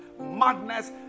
madness